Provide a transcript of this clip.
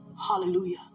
Hallelujah